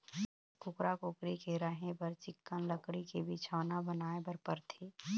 कुकरा, कुकरी के रहें बर चिक्कन लकड़ी के बिछौना बनाए बर परथे